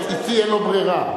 אתי אין לו ברירה.